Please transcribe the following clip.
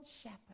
shepherd